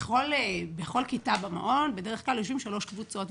בכל כיתה במעון בדרך כלל יושבות שלוש קבוצות,